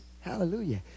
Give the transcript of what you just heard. Hallelujah